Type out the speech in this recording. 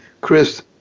Chris